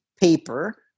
paper